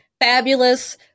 fabulous